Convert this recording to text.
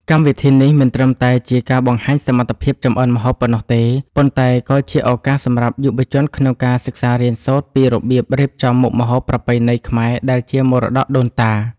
កម្មវិធីនេះមិនត្រឹមតែជាការបង្ហាញសមត្ថភាពចម្អិនម្ហូបប៉ុណ្ណោះទេ ប៉ុន្តែក៏ជាឱកាសសម្រាប់យុវជនក្នុងការសិក្សារៀនសូត្រពីរបៀបរៀបចំមុខម្ហូបប្រពៃណីខ្មែរដែលជាមរតកដូនតា។